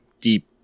deep